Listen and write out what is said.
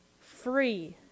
Free